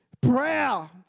Prayer